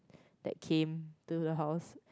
that came to her house